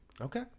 Okay